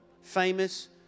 famous